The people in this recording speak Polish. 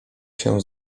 się